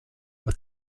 what